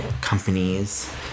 companies